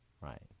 Right